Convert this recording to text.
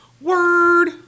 Word